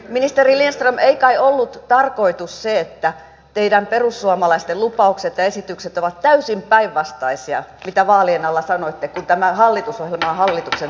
ministeri lindström ei kai ollut tarkoitus se että teidän perussuomalaisten lupaukset ja esitykset mitä vaalien alla sanoitte ovat täysin päinvastaisia kuin tämä hallitusohjelma ja hallituksen toimet